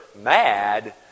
mad